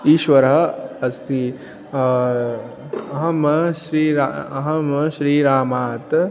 ईश्वरः अस्ति अहं श्रीरा अहं श्रीरामात्